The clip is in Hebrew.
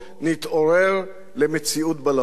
נתעורר למציאות בלהות.